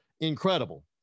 Incredible